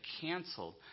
canceled